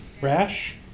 Rash